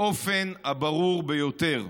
באופן הברור ביותר: